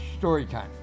Storytime